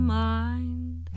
mind